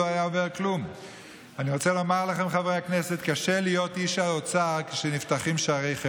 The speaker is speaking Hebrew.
עו"ד יואב סטשבסקי ממשרד המשפטים, ולא לאחרונה,